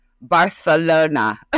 Barcelona